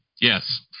yes